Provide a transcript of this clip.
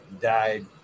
died